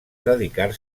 dedicar